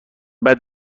بعد